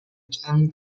gang